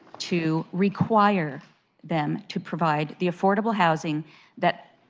to require them to provide the affordable housing that